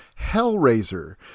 Hellraiser